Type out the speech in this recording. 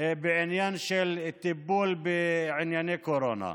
בעניין הטיפול בענייני קורונה.